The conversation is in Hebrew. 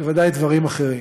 בוודאי דברים אחרים.